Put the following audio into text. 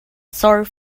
sore